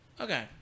Okay